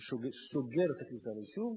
שסוגר את הכניסה ליישוב,